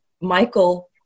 Michael